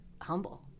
humble